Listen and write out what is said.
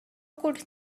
could